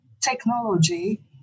technology